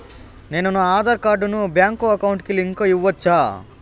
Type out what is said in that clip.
నేను నా ఆధార్ కార్డును బ్యాంకు అకౌంట్ కి లింకు ఇవ్వొచ్చా?